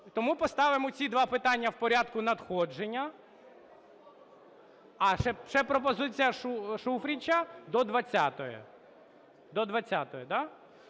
Тому поставимо ці два питання в порядку надходження. А ще пропозиція Шуфрича – до 20-ї. Я в порядку